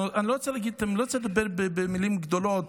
אני לא רוצה לדבר במילים גדולות,